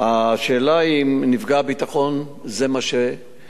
השאלה היא אם נפגע הביטחון זה מה שאני